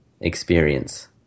experience